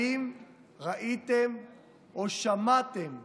האם ראיתם או שמעתם משהו,